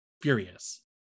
furious